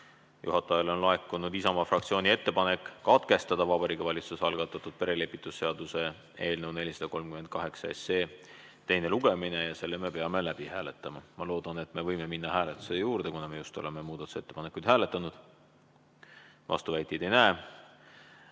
vaadanud. Juhatajale on laekunud Isamaa fraktsiooni ettepanek katkestada Vabariigi Valitsuse algatatud riikliku perelepitusteenuse seaduse eelnõu 438 teine lugemine. Selle me peame läbi hääletama. Ma loodan, et me võime minna hääletuse juurde, kuna me just oleme muudatusettepanekuid hääletanud. Vastuväiteid ei